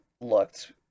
looked